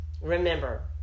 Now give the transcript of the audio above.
remember